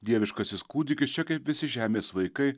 dieviškasis kūdikis čia kaip visi žemės vaikai